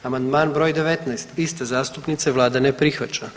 Amandman br. 19 iste zastupnice, Vlada ne prihvaća.